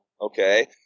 okay